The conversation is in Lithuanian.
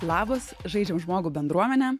labas žaidžiam žmogų bendruomene